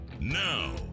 now